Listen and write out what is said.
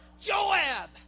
Joab